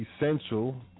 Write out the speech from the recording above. essential